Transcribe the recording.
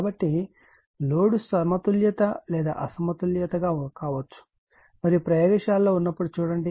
కాబట్టి లోడ్ సమతుల్యత లేదా అసమతుల్యతగా కావచ్చు మరియు ప్రయోగశాలలో ఉన్నప్పుడు చూడండి